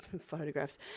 photographs